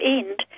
end